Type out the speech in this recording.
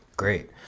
Great